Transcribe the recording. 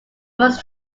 must